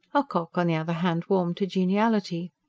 ocock on the other hand warmed to geniality.